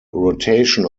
rotation